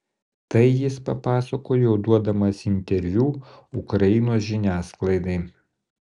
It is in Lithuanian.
tai jis papasakojo duodamas interviu ukrainos žiniasklaidai